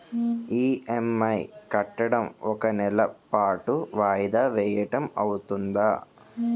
EMI కట్టడం ఒక నెల పాటు వాయిదా వేయటం అవ్తుందా?